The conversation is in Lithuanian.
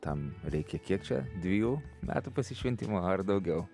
tam reikia kiek čia dvejų metų pasišventimo ar daugiau